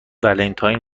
ولنتاین